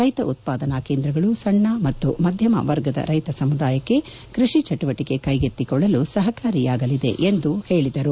ರೈತ ಉತ್ಪಾದನಾ ಕೇಂದ್ರಗಳು ಸಣ್ಣ ಮತ್ತು ಮಧ್ಯಮ ವರ್ಗದ ರೈತ ಸಮುದಾಯಕ್ಕೆ ಕೃಷಿ ಚಟುವಟಿಕೆ ಕೈಗೆತ್ತಿಕೊಳ್ಳಲು ಸಹಕಾರಿಯಾಗಲಿದೆ ಎಂದರು